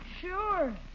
Sure